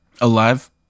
Alive